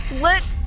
let